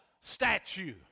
statue